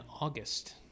August